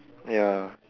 ya